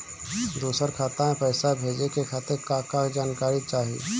दूसर खाता में पईसा भेजे के खातिर का का जानकारी चाहि?